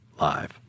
live